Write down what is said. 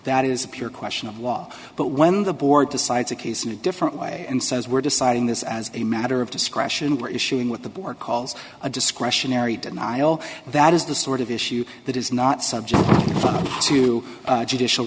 that is a pure question of law but when the board decides a case in a different way and says we're deciding this as a matter of discretion we're issuing what the board calls a discretionary denial that is the sort of issue that is not subject to judicial